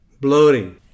Bloating